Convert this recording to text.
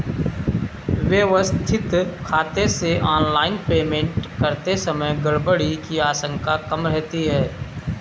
व्यवस्थित खाते से ऑनलाइन पेमेंट करते समय गड़बड़ी की आशंका कम रहती है